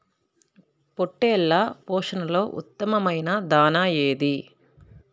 పొట్టెళ్ల పోషణలో ఉత్తమమైన దాణా ఏది?